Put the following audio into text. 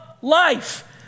life